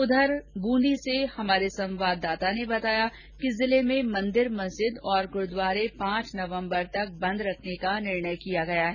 उधर हमारे ब्रंदी संवाददाता के अनुसार जिले में मंदिर मस्जिद और गुरुद्वारे पांच नवम्बर तक बंद रखने का निर्णय किया गया है